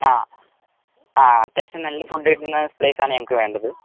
ആ ആ അത്യാവശ്യം നല്ല ഫുഡ് കിട്ടുന്ന പ്ലൈസാണ് ഞങ്ങൾക്ക് വേണ്ടത്